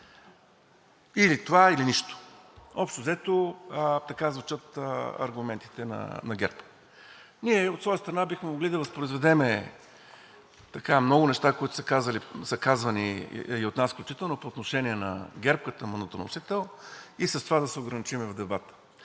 Или това, или нищо. Общо взето, така звучат аргументите на ГЕРБ. Ние, от своя страна, бихме могли да възпроизведем много неща, които са казвани и от нас включително по отношение на ГЕРБ като мандатоносител, и с това да се ограничим в дебата.